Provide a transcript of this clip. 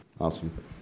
Awesome